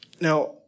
Now